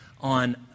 on